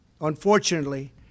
unfortunately